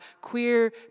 queer